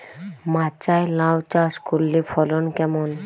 মাচায় লাউ চাষ করলে ফলন কেমন?